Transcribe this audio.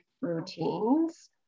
routines